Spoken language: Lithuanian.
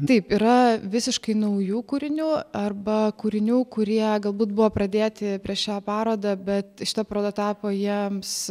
taip yra visiškai naujų kūrinių arba kūrinių kurie galbūt buvo pradėti prieš šią parodą bet šita paroda tapo jiems